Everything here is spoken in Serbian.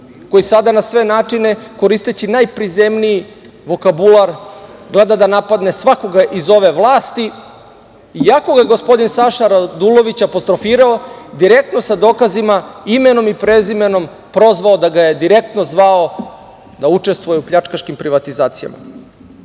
koji sada na sve načine, koristeći najprizemniji vokabular, gleda da napadne svakoga iz ove vlasti, iako ga gospodin Saša Radulović apostrofirao direktno sa dokazima, imenom i prezimenom, prozvao da ga je direktno zvao da učestvuje u pljačkaškim privatizacijama..Poštovani